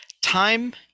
Time